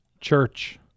church